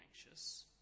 anxious